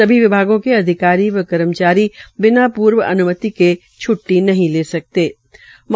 सभी विभागों के अधिकारी व कर्मचारी बिना पूर्व अन्मति के छ्टी नहीं ले सकेंगे